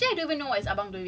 oh the Staple B is it